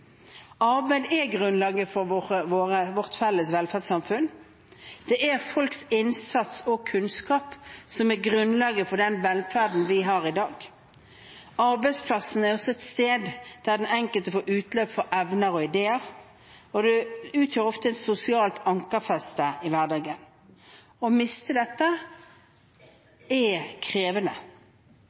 Arbeid er grunnlaget for vårt felles velferdssamfunn. Det er folks innsats og kunnskap som er grunnlaget for den velferden vi har i dag. Arbeidsplassene er også et sted der den enkelte får utløp for evner og ideer, og det utgjør ofte et sosialt ankerfeste i hverdagen. Å miste dette er krevende.